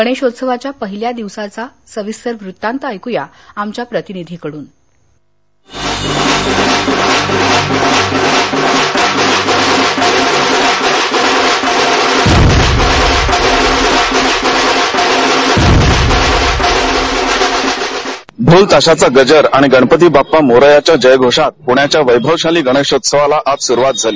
गणेशोत्सवाच्या पहिल्या दिवसाचा सविस्तर वृत्तांत आमच्या प्रतिनिधीकडून ढोल ताशांचा गजर आणि गणपती बाप्पा मोरयाच्या जयघोषात पुण्याच्या वैभवशाली गणेशोत्सवाला आज सुरुवात झाली